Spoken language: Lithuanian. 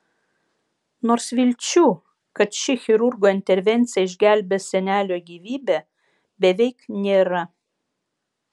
nors vilčių kad ši chirurgo intervencija išgelbės senelio gyvybę beveik nėra